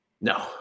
No